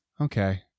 Okay